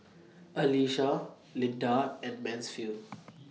Alysa Lynda and Mansfield